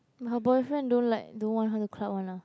her boyfriend don't like don't want her to club one ah